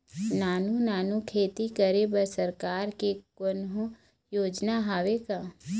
नानू नानू खेती करे बर सरकार के कोन्हो योजना हावे का?